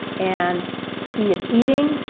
and he is eating,